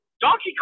Donkey